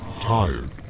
tired